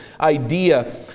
idea